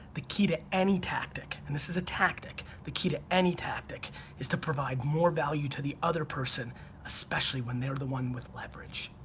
the key to any tactic, and this is a tactic, the key to any tactic is to provide more value to the other person especially when they're the one with leverage.